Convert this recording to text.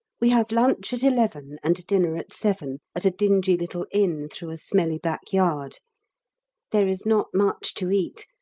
we have lunch at eleven and dinner at seven, at a dingy little inn through a smelly back yard there is not much to eat,